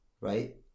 Right